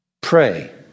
Pray